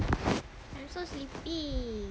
I'm so sleepy